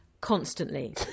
constantly